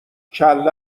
کله